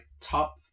top